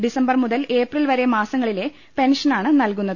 ഡിസം ബർ മുതൽ ഏപ്രിൽ വരെ മാസങ്ങളിലെ പെൻഷനാണ് നൽകുന്നത്